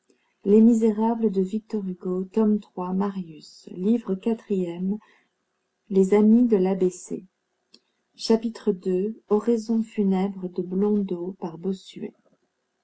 quatrième les amis de l'a b c chapitre i un groupe qui a failli devenir historique chapitre ii oraison funèbre de blondeau